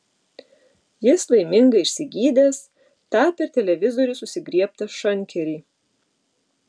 jis laimingai išsigydęs tą per televizorių susigriebtą šankerį